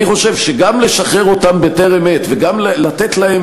אני חושב שגם לשחרר אותם בטרם עת וגם לתת להם